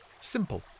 Simple